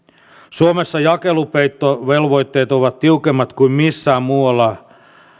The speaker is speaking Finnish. suomessa jakelupeittovelvoitteet ovat tiukemmat kuin missään muualla